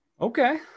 Okay